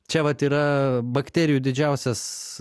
čia vat yra bakterijų didžiausias